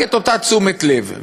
רק את אותה תשומת לב.